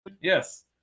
yes